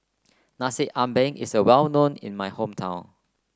Nasi Ambeng is well known in my hometown